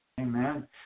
Amen